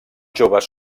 joves